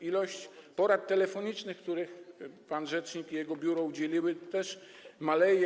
Ilość porad telefonicznych, których pan rzecznik i jego biuro udzielili, też maleje.